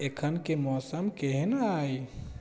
एखन के मौसम केहन अछि